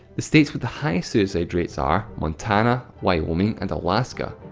the states with the highest suicide rates are montana, wyoming and alaska.